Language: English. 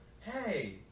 Hey